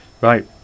Right